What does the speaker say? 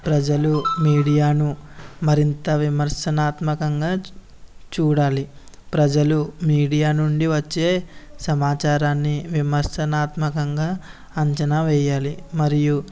ప్రజలు మీడియాను మరింత విమర్శనాత్మకంగా చూడాలి ప్రజలు మీడియా నుండి వచ్చే సమాచారాన్ని విమర్శనాత్మకంగా అంచనా వేయాలి మరియు